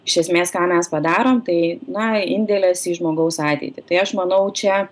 iš esmės ką mes padarom tai na indėlis į žmogaus ateitį tai aš manau čia